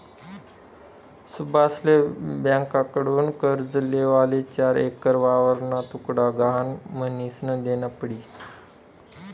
सुभाषले ब्यांककडथून कर्ज लेवाले चार एकर वावरना तुकडा गहाण म्हनीसन देना पडी